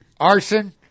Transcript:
Arson